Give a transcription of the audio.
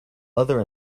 other